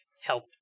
help